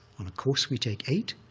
on a course we take eight.